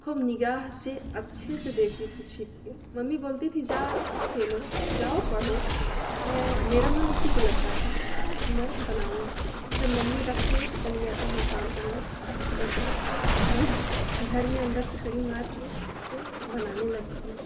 खूब निगाह से अच्छे से देखती थी छिप के मम्मी बोलती थी जा खेलो जाओ पढ़ो मैं मेरा मन उसी पे लगता था मैं बनाऊं जब मम्मी रख के चली जाती है काम करने दूसरा तो मैं घर में अंदर से कड़ी मार के उसको बनाने लगती हूँ